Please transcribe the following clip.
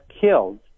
killed